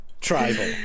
Tribal